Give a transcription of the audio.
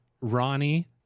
Ronnie